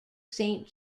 saint